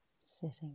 sitting